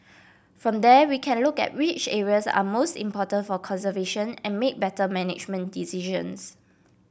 from there we can look at which areas are most important for conservation and make better management decisions